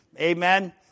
Amen